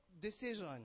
decision